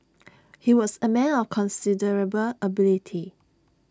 he was A man of considerable ability